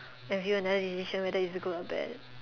and view another decision whether is it good or bad